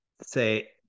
say